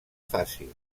facis